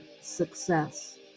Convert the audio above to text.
success